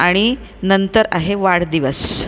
आणि नंतर आहे वाढदिवस